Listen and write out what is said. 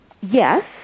Yes